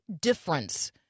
difference